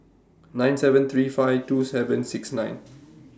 nine seven three five two seven six nine